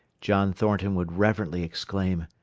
john thornton would reverently exclaim,